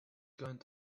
going